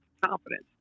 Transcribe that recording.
confidence